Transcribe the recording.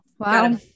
Wow